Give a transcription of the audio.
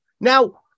Now